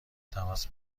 تماس